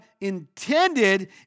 intended